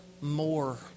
more